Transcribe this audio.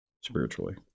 spiritually